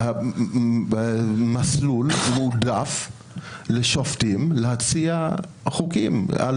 מסלול מועדף לשופטים להציע חוקים על